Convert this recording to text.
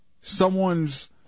someone's